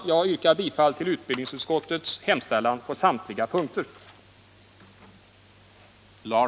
Jag yrkar bifall till utbildningsutskottets hemställan på samtliga punkter.